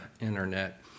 internet